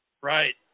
right